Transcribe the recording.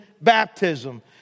baptism